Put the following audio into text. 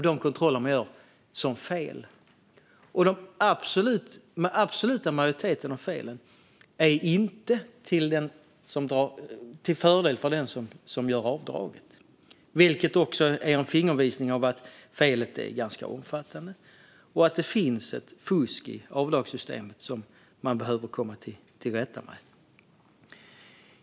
Den absoluta majoriteten av felen är inte till fördel för den som gör avdraget, vilket också är en fingervisning om att felet är ganska omfattande och att det finns ett fusk i avdragssystemet som man behöver komma till rätta med.